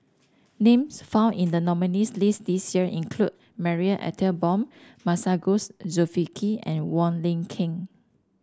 names found in the nominees' list this year include Marie Ethel Bong Masagos Zulkifli and Wong Lin Ken